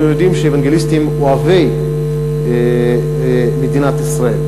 אנחנו יודעים שהאוונגליסטים הם אוהבי מדינת ישראל,